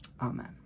Amen